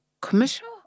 commercial